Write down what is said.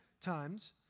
times